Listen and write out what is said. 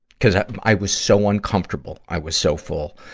cuz i was so uncomfortable. i was so full,